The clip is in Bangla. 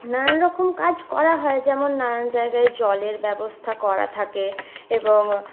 নানারকম কাজ করা হয় যেমন নানান জায়গায় জলের ব্যবস্থা করা থাকে এবং